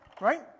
Right